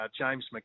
James